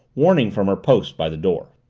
warning from her post by the door.